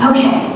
Okay